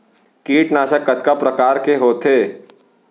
कीटनाशक कतका प्रकार के होथे?